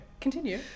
continue